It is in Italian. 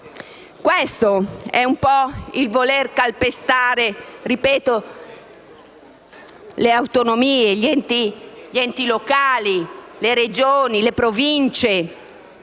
Questo è un po' il voler calpestare le autonomie, gli enti locali, le Regioni, le Province